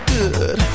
good